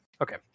Okay